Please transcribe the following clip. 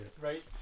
Right